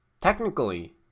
technically